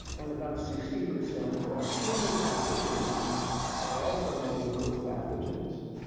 and, about sixty percent of human pathogens are also multi-host pathogens.